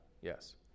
Yes